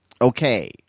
Okay